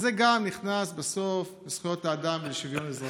אז זה גם נכנס בסוף בזכויות אדם ושוויון אזרחי,